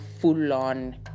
full-on